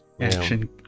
Action